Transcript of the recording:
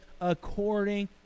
according